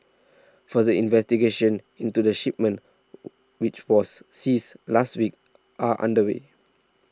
further investigations into the shipment which was seized last week are underway